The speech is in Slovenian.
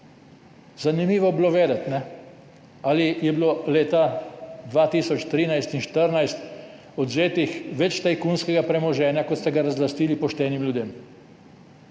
Zanimivo bi bilo vedeti, ali je bilo leta 2013 in 2014 odvzetega več tajkunskega premoženja, kot ste ga razlastili poštenim ljudem.